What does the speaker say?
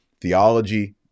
theology